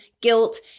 guilt